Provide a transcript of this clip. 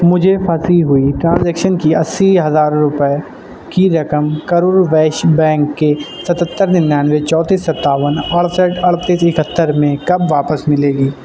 مجھے پھنسی ہوئی ٹرانزیکشن کی اسّی ہزار روپئے کی رقم کرور ویشیہ بینک کے ستہتر ننانوے چوتیس ستاون اڑسٹھ اڑتیس اکہتر میں کب واپس ملے گی